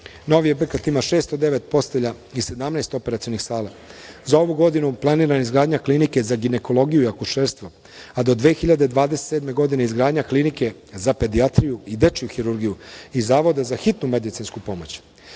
Novi objekat ima 609 postelja i 17 operacionih sala. Za ovu godinu je planirana izgradnja klinike za ginekologiju i akušerstvo, a do 2027. godine izgradnja klinike za pedijatriju i dečiju hirurgiju i zavoda za hitnu medicinsku